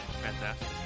Fantastic